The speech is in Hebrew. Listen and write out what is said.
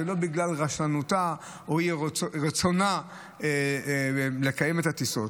זה לא בגלל רשלנותה או אי-רצונה לקיים את הטיסות,